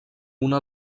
una